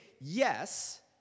yes